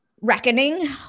reckoning